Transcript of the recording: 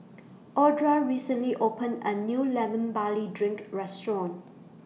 Audra recently opened A New Lemon Barley Drink Restaurant